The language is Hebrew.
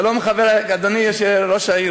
אדוני יושב-הראש,